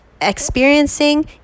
experiencing